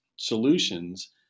solutions